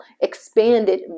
expanded